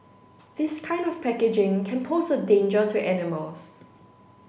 this kind of packaging can pose a danger to animals